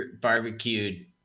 barbecued